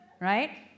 right